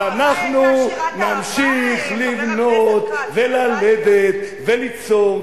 ואנחנו נמשיך לבנות וללדת וליצור,